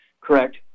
correct